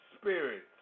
spirits